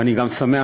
ואני גם שמח,